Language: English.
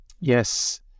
Yes